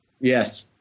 Yes